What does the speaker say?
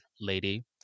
lady